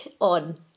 on